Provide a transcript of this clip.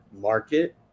market